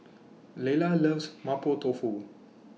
Layla loves Mapo Tofu